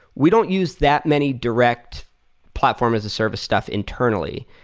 we don't use that many direct platform as a service stuff internally.